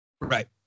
Right